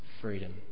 freedom